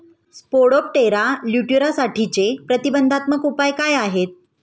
Spodoptera लिट्युरासाठीचे प्रतिबंधात्मक उपाय काय आहेत?